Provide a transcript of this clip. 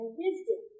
wisdom